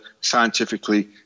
scientifically